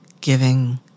giving